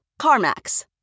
CarMax